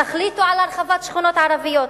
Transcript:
תחליטו על הרחבת שכונות ערביות,